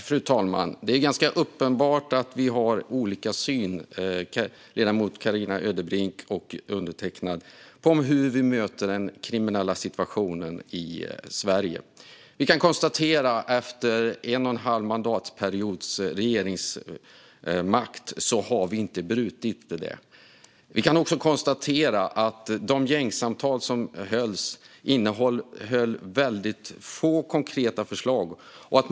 Fru talman! Det är uppenbart att ledamot Carina Ödebrink och undertecknad har olika syn på hur vi möter kriminaliteten i Sverige. Vi kan konstatera att efter att ni har haft regeringsmakten i en och en halv mandatperiod har kriminaliteten inte brutits. Vi kan också konstatera att de gängsamtal som hölls innebar få konkreta förslag.